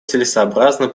целесообразно